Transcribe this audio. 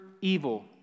evil